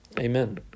Amen